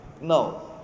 no